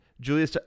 Julia